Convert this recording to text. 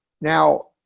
Now